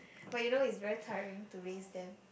but you know it's very tiring to raise them